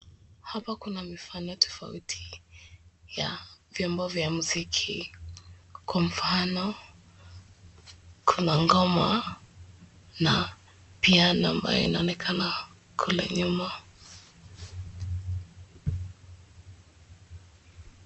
Hapa kuna mifano tofauti ya vyombo vya muziki kwa mfano kuna ngoma na piano ambayo inaonekana kule nyuma.